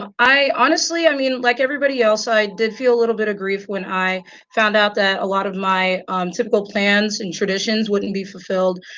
i honestly i mean, like everybody else, i did feel a little bit of grief when i found out that a lot of my typical plans and traditions wouldn't be fulfilled.